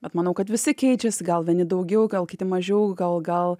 bet manau kad visi keičiasi gal vieni daugiau gal kiti mažiau gal gal